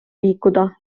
liikuda